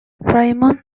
raymond